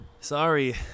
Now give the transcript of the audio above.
Sorry